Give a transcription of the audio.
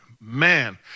man